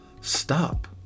stop